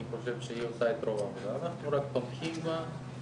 אני חושב שהיא עושה את רוב את העבודה אנחנו רק תומכים בה.